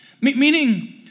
Meaning